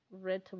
red